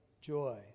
joy